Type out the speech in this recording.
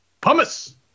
Pumice